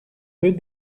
peu